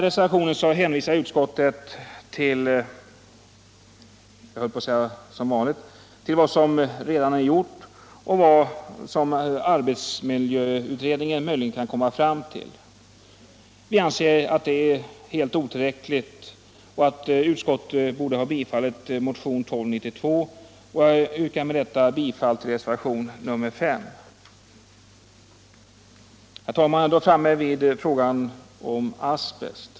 Utskottet hänvisar — jag höll på att säga som vanligt — till vad som redan är gjort och vad arbetsmiljöutredningen möjligen kan komma fram till. Vi anser detta helt otillräckligt. Utskottet borde ha bifallit motionen 1292, och jag yrkar med detta bifall till reservationen 5. Herr talman! Vi är då framme vid frågan om asbest.